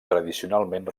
tradicionalment